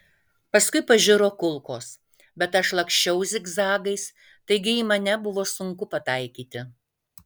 paskui pažiro kulkos bet aš laksčiau zigzagais taigi į mane buvo sunku pataikyti